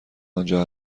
آنجا